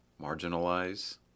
marginalize